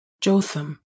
Jotham